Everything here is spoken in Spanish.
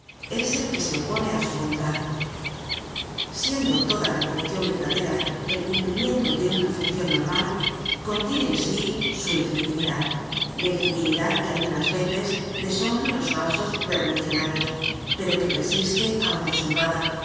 es el que se opone á su voluntad siendo toda revolucion verdadera el cumplimiento de una funcion normal contiene en sí su legitimidad legitimidad que algunas veces deshonran los falsos revolucionarios pero que persiste aun deshonrada